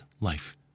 life